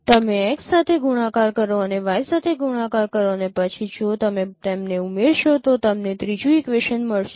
તમે x સાથે ગુણાકાર કરો અને y સાથે ગુણાકાર કરો અને પછી જો તમે તેમને ઉમેરશો તો તમને ત્રીજું ઇક્વેશન મળશે